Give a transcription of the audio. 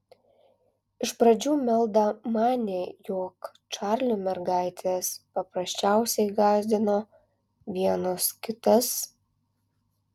iš pradžių meldą manė jog čarliu mergaitės paprasčiausiai gąsdino vienos kitas